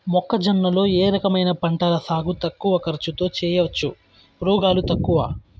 మొక్కజొన్న లో ఏ రకమైన పంటల సాగు తక్కువ ఖర్చుతో చేయచ్చు, రోగాలు తక్కువ?